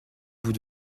bout